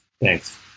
Thanks